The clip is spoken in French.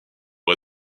rez